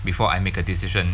before I make a decision